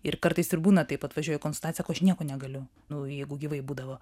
ir kartais ir būna taip atvažiuoja į konsultaciją sako aš nieko negaliu nu jeigu gyvai būdavo